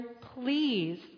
please